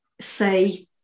say